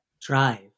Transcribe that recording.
drive